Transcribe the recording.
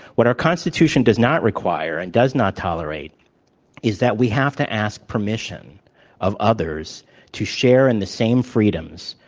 what our constitution does not require and does not tolerate is that we have to ask permission of others to share in the same freedoms,